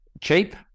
Cheap